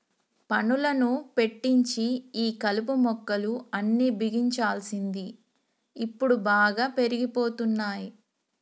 పనులను పెట్టించి ఈ కలుపు మొక్కలు అన్ని బిగించాల్సింది ఇప్పుడు బాగా పెరిగిపోతున్నాయి